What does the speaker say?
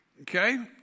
Okay